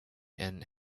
and